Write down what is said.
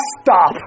stop